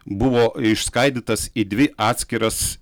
buvo išskaidytas į dvi atskiras